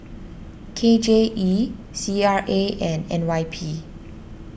K J E C RA and N Y P